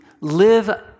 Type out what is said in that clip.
live